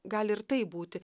gali ir taip būti